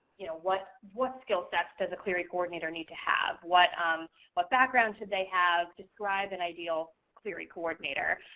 you know what what skill sets does a clery coordinator need to have? what um but background should they have? describe an ideal clery coordinator.